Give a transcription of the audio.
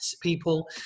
people